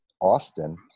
Austin